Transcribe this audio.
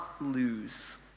lose